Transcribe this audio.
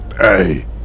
Hey